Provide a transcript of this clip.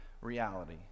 reality